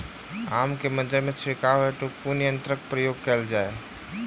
आम केँ मंजर मे छिड़काव हेतु कुन यंत्रक प्रयोग कैल जाय?